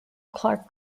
clark